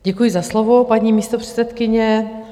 Děkuji za slovo, paní místopředsedkyně.